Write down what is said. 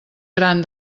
gran